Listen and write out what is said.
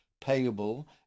payable